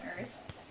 Earth